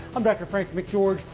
i'm dr. frank mcgeorge.